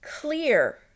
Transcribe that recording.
clear